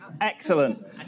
Excellent